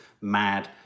mad